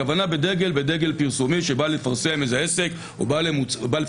הכוונה היא לדגל פרסומי שבא לפרסם איזשהו עסק או מוצר.